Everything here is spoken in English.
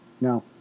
Now